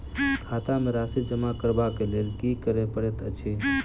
खाता मे राशि जमा करबाक लेल की करै पड़तै अछि?